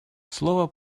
слова